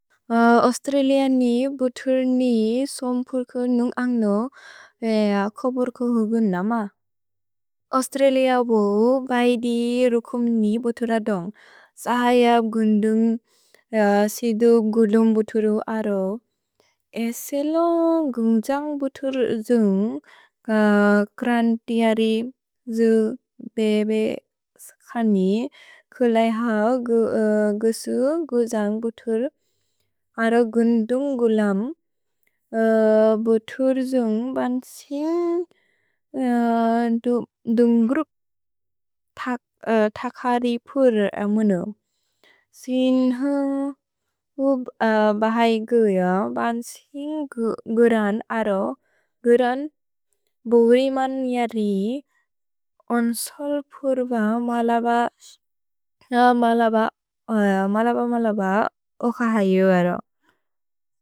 Australia नि बुतुर् नि सोन्पुर्कु नुन्ग् अन्ग्नो कोबुर्कु हुगुन् नम। औस्त्रलिअ बु बैदि रुकुम् नि बुतुरदोन्ग्। सहय गुन्दुन्ग् सिदु गुदुन्ग् बुतुरु अरो। एसेलो गुन्ग्जन्ग् बुतुर् द्जुन्ग् क्रन्तिअरि द्जु बेबे स्कनि कुलै हओ गुसु गुजन्ग् बुतुर्। अरो गुन्दुन्ग् गुलम् बुतुर् द्जुन्ग् बन्सिन् दुन्ग् रुक् तकरि पुर् अमुनो। सिन् हुन्ग् बु बहगिउअ बन्सिन् गुरन् अरो। गुरन् बुरिमन् जरि ओन्सोल् पुर्ब मलब ओकहयु अरो।